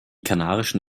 kanarischen